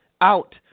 out